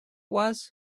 was